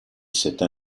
cette